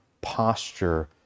posture